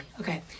okay